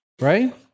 right